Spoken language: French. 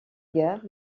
guerre